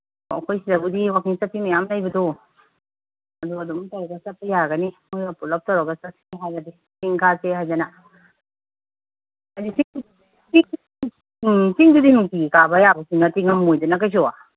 ꯑꯣ ꯑꯩꯈꯣꯏ ꯁꯤꯗꯕꯨꯗꯤ ꯋꯥꯀꯤꯡ ꯆꯠꯄꯤ ꯃꯌꯥꯝ ꯂꯩꯕꯗꯣ ꯑꯗꯨ ꯑꯗꯨꯝ ꯇꯧꯔꯒ ꯆꯠꯄ ꯌꯥꯒꯅꯤ ꯃꯣꯏꯒ ꯄꯨꯂꯞ ꯇꯧꯔꯒ ꯆꯠꯁꯤ ꯍꯥꯏꯔꯗꯤ ꯆꯤꯡ ꯀꯥꯁꯤ ꯍꯥꯏꯗꯅ ꯍꯨꯖꯤꯛꯇꯤ ꯆꯤꯡ ꯎꯝ ꯆꯤꯡꯗꯗꯤ ꯅꯨꯡꯗꯤꯟ ꯀꯥꯕ ꯌꯥꯕꯁꯨ ꯅꯠꯇꯦ ꯉꯝꯃꯣꯏꯗꯅ ꯀꯩꯁꯨ